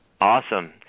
Awesome